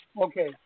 Okay